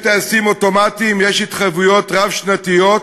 יש טייסים אוטומטיים, יש התחייבויות רב-שנתיות.